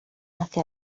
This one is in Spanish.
hacia